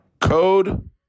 code